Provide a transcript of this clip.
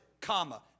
comma